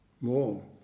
More